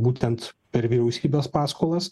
būtent per vyriausybės paskolas